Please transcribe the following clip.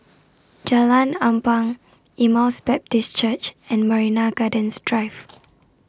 Jalan Ampang Emmaus Baptist Church and Marina Gardens Drive